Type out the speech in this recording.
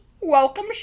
welcome